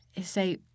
Say